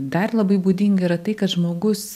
dar labai būdinga yra tai kad žmogus